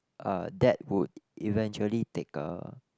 uh that would eventually take a